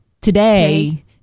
today